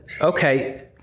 Okay